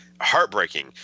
heartbreaking